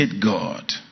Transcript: God